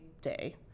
Day